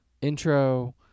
intro